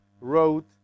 wrote